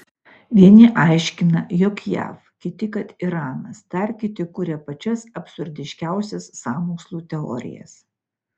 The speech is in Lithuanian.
vieni aiškina jog jav kiti kad iranas dar kiti kuria pačias absurdiškiausias sąmokslų teorijas